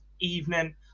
evening